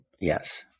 Yes